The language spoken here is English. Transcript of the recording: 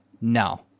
no